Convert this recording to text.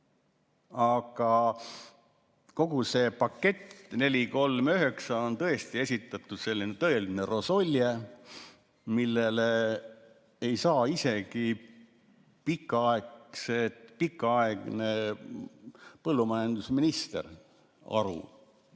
Aga kogu see pakett, [eelnõu] 439 on tõesti selline tõeline rosolje, millest ei saa isegi pikaaegne põllumajandusminister aru,